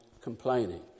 complaining